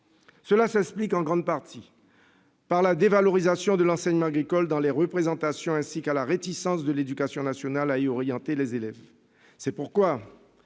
Cela s'explique en grande partie par la dévalorisation de l'enseignement agricole dans les représentations, ainsi que par la réticence de l'éducation nationale à orienter les élèves